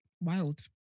Wild